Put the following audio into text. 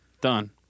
Done